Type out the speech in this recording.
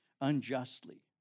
unjustly